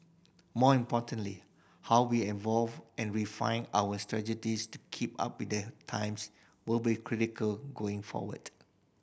more importantly how we evolve and refine our strategies to keep up with the times will be critical going forward